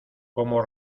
como